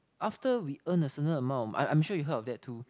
after we earn a certain amount of I I'm sure you heard of that too